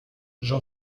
j’en